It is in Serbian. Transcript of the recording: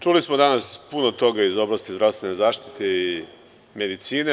Čuli smo danas puno toga iz oblasti zdravstvene zaštite i medicine.